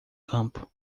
campo